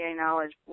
knowledge